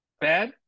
Bad